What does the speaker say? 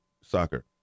soccer